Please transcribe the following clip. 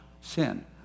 sin